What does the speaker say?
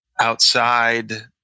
outside